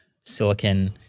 Silicon